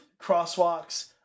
crosswalks